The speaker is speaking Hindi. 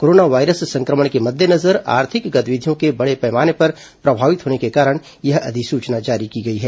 कोरोना वायरस संक्रमण के मद्देनजर आर्थिक गतिविधियों के बड़े पैमाने पर प्रभावित होने के कारण यह अधिसूचना जारी की गई है